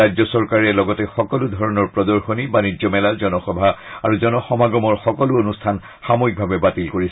ৰাজ্য চৰকাৰে লগতে সকলো ধৰণৰ প্ৰদশনী বাণিজ্য মেলা জনসভা আৰু জনসমাগমৰ সকলো অনুষ্ঠান সাময়িকভাৱে বাতিল কৰিছে